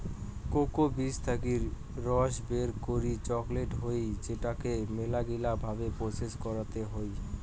cocoa বীজ থাকি রস বের করই চকলেট হই যেটোকে মেলাগিলা ভাবে প্রসেস করতে হই